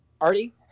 Artie